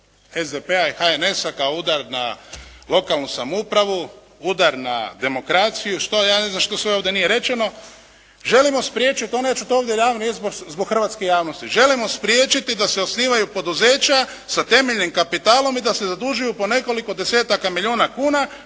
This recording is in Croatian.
SDP-a i HNS-a kao udar na lokalnu samoupravu, udar na demokraciju što ja ne znam što sve ovdje nije rečeno. Želimo spriječiti, oni neće to javno iznijeti zbog hrvatske javnosti. Želimo spriječiti da se osnivaju poduzeća sa temeljnim kapitalom i zadužuju po nekoliko desetaka milijuna kuna